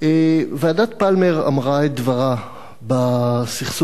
ועדת-פלמר אמרה את דברה בסכסוך הזה,